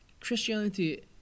christianity